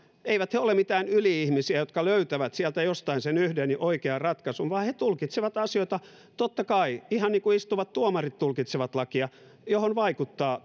eivät he ole mitään yli ihmisiä jotka löytävät sieltä jostain sen yhden oikean ratkaisun vaan he tulkitsevat asioita totta kai ihan niin kuin istuvat tuomarit tulkitsevat lakia ja tulkintatoimintaan vaikuttavat